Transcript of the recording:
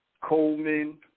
Coleman